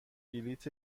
بلیط